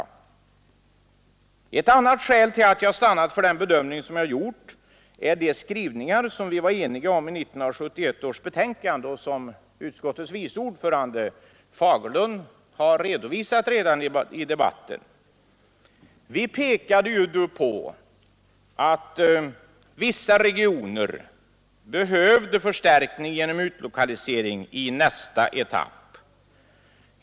Ett annat skäl till att jag stannat för den bedömning som jag gjort är de skrivningar som vi var eniga om i 1971 års betänkande och som utskottets vice ordförande, herr Fagerlund, redan har redovisat i debatten. Vi pekade på vissa regioner som behövde förstärkning genom utlokalisering i nästa etapp.